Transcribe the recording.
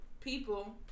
people